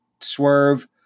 swerve